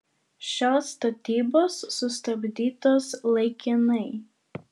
šios statybos sustabdytos laikinai